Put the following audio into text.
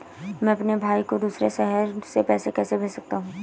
मैं अपने भाई को दूसरे शहर से पैसे कैसे भेज सकता हूँ?